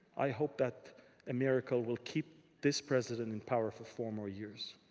i hope that a miracle will keep this president in power for four more years.